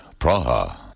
Praha